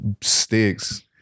sticks